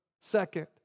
Second